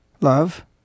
love